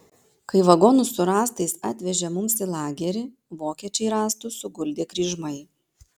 kai vagonus su rąstais atvežė mums į lagerį vokiečiai rąstus suguldė kryžmai